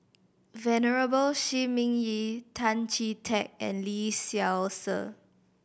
Venerable Shi Ming Yi Tan Chee Teck and Lee Seow Ser